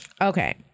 Okay